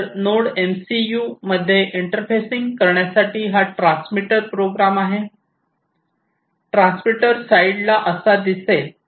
तर node MCU मध्ये interfacing करण्यासाठी हा ट्रान्समीटर प्रोग्राम आहे ट्रान्समीटर साइडला असा दिसेल